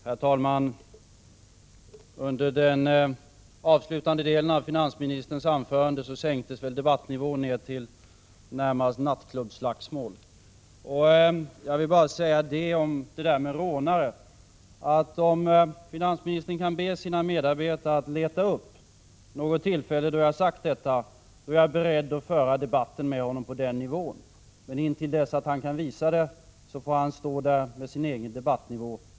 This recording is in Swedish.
Herr talman! Under den avslutande delen av finansministerns anförande sänktes debattnivån ner till närmast nattklubbsslagsmål. Jag vill bara säga en sak om det där med rånare, att om finansministern kan be sina medarbetare att leta upp något tillfälle då jag sagt detta, är jag beredd att föra debatten med honom på den nivån. Men intill dess han kan visa det får han stå där med sin egen debattnivå.